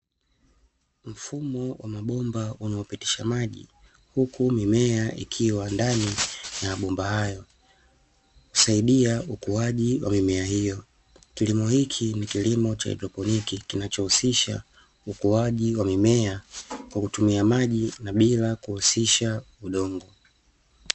Mfumo wa mabomba unaopitisha maji, huku mimea ikiwa ndani ya mabomba hayo kusaidia ukuaji wa mimea hiyo. Kilimo hiki ni kilimo cha haidroponi kinchohusisha, ukuaji wa mimea kwa kutumia maji na bila kuhusisha udongo.